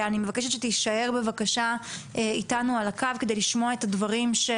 אני מבקשת שתישאר אתנו על הקו כדי לשמוע את הדברים של